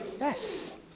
Yes